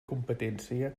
competència